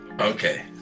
Okay